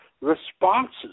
responses